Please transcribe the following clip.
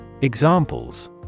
Examples